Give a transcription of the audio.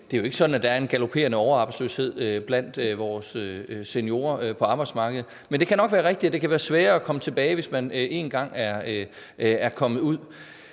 at det jo ikke er sådan, at der er galoperende overarbejdsløshed blandt vores seniorer på arbejdsmarkedet. Men det kan nok være rigtigt, at det kan være sværere at komme tilbage, hvis man først en gang er kommet ud.